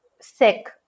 sick